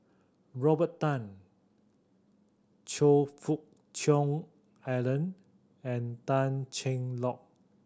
Robert Tan Choe Fook Cheong Alan and Tan Cheng Lock